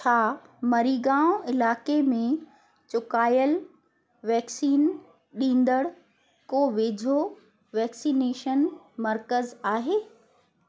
छा मरिगांव इलाइक़े में चुकायल वैक्सीन ॾींदड़ को वेझो वैक्सीनेशन मर्कज़ु आहे